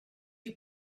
you